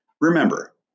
Remember